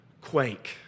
quake